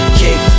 kick